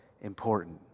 important